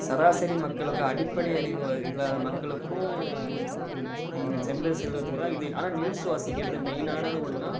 சராசரி மக்களுக்கும் அடிப்படை அறிவு இல்லாத மக்களுக்கும் சென்று செல்றத்துக்கு தான் இது ஆனால் நியூஸ் வாசிக்கிறது மெயினானது ஒன்றா